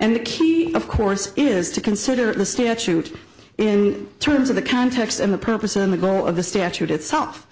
and the key of course is to consider the statute in terms of the context and the purpose and the goal of the statute itself